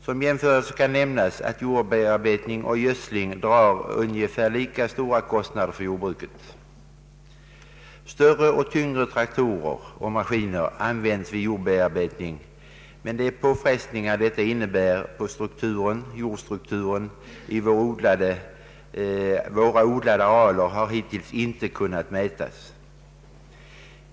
Som jämförelse kan nämnas att jordbearbetning och gödsling drar ungefär lika stora kostnader för jordbruket. Större och tyngre traktorer och maskiner användes vid jordbearbetning, men de påfrestningar detta innebär på jordstrukturen i våra odlade arealer har hittills inte kunnat mätas.